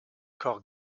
corps